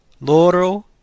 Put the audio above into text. Loro